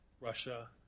Russia